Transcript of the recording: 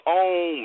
own